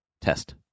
Test